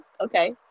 Okay